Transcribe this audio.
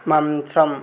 మంచం